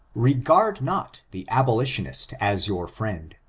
regard not the aboli tionist as your friend,